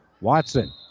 Watson